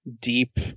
deep